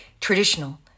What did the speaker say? traditional